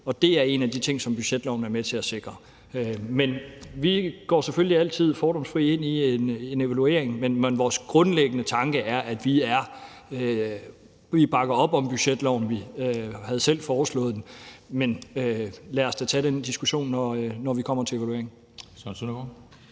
og det er en af de ting, som budgetloven er med til at sikre. Vi går selvfølgelig altid fordomsfrit ind i en evaluering, men vores grundlæggende tanke er, at vi bakker op om budgetloven. Vi havde selv foreslået den. Men lad os da tage den diskussion, når vi kommer til evalueringen. Kl.